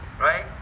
right